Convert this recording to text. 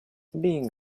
being